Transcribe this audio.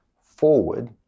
forward